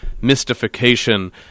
mystification